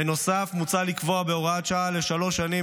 בנוסף מוצע לקבוע בהוראת שעה לשלוש שנים,